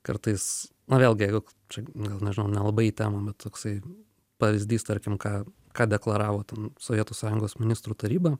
kartais na vėlgi jau čia gal nežinau nelabai į temą bet toksai pavyzdys tarkim ką ką deklaravo ten sovietų sąjungos ministrų taryba